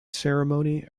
ceremony